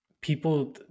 people